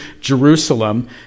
Jerusalem